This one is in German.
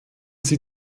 sie